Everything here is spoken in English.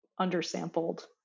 undersampled